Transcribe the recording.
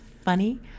funny